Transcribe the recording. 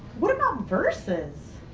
what about verses